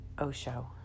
Osho